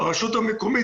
הרשות המקומית,